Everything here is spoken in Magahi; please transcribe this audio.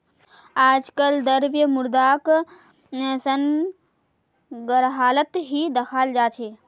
आजकल द्रव्य मुद्राक संग्रहालत ही दखाल जा छे